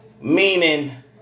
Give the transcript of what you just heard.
Meaning